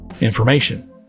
information